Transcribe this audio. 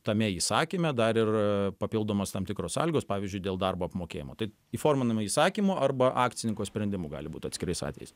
tame įsakyme dar ir papildomos tam tikros sąlygos pavyzdžiui dėl darbo apmokėjimo tai įforminama įsakymu arba akcininko sprendimu gali būt atskirais atvejais